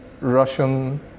Russian